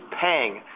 paying